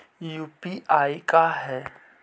UPI का है?